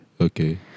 Okay